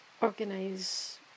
organize